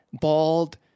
bald